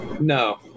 No